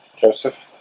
Joseph